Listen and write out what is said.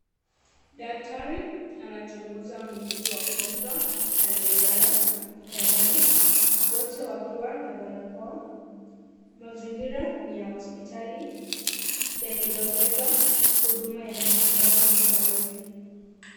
Daktari anachuguza mguu wa mgonjwa aliyelala kitandani, wote wakiwa na barakoa mazingira ni ya hospitali yakidokeza huduma ya matibabu ya karibu.